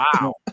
Wow